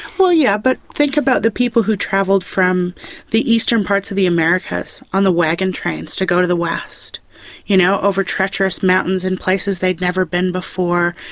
yeah but think about the people who travelled from the eastern parts of the americas on the wagon trains to go to the west you know over treacherous mountains and places they'd never been before,